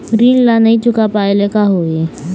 ऋण ला नई चुका पाय ले का होही?